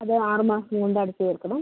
അത് ആറ് മാസം കൊണ്ട് അടച്ച് തീർക്കണം